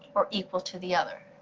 or equal to the other.